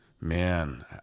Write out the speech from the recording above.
Man